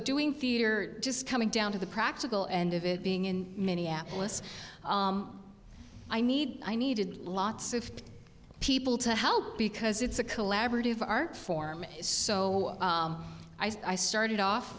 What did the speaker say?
doing theatre just coming down to the practical end of it being in minneapolis i need i needed lots of people to help because it's a collaborative are for me so i started off